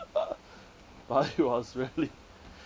but it was really